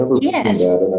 yes